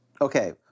okay